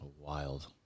wild